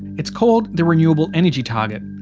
it's called the renewable energy target,